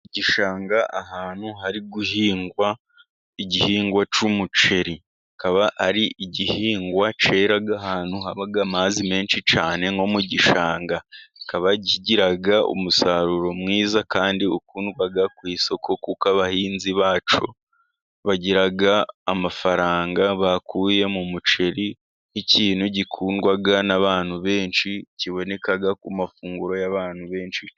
Igishanga, ahantu hari guhingwa igihingwa c'yumuceri. Akaba ari igihingwa caraga ahantu habaga amazi menshi cane nko mu gishanga kabagiraga umusaruro mwiza kandi ukundwaga ku isoko kuko abahinzi bacu bagiraga amafaranga bakuye mu muceri nk'ikintu gikundwa n'abantu benshi kibonekaga ku mafunguro y'abantu. benshi